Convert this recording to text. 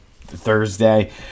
Thursday